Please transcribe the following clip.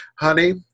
Honey